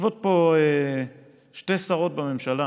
יושבות פה שתי שרות בממשלה,